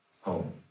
home